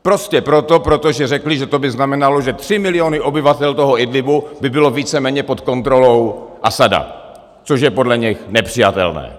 Prostě proto, protože řekli, že to by znamenalo, že tři miliony obyvatel toho Idlíbu by byly víceméně pod kontrolou Asada, což je podle nich nepřijatelné.